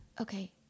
Okay